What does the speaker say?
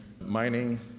mining